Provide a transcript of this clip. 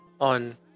on